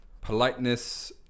politeness